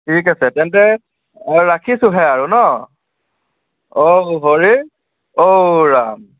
ঠিক আছে তেন্তে অঁ ৰাখিছোহে আৰু ন ঔ হৰি ঔ ৰাম